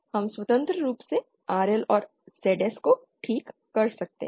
हम स्वतंत्र रूप से RL और ZS को ठीक कर सकते हैं